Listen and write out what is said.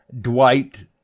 Dwight